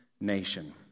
nation